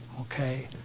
okay